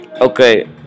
Okay